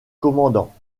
commandant